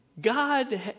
God